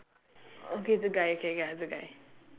okay the guy K ya the guy